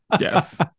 Yes